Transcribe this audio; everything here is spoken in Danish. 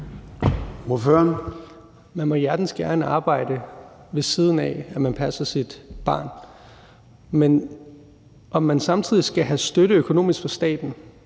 Man må hjertens gerne arbejde, ved siden af at man passer sit barn, men spørgsmålet er, om man samtidig skal have økonomisk støtte